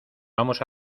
vamos